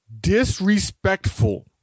Disrespectful